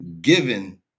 given